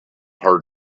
heard